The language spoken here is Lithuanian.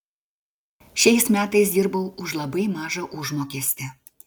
šiais metais dirbau už labai mažą užmokestį